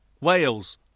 Wales